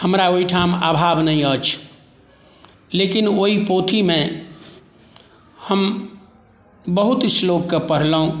हमरा ओहिठाम अभाव नहि अछि लेकिन ओहि पोथीमे हम बहुत श्लोकके पढ़लहुॅं